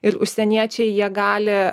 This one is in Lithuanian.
ir užsieniečiai jie gali